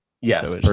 Yes